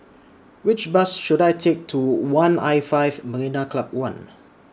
Which Bus should I Take to one L five Marina Club one